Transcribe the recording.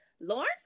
Lawrence